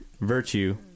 virtue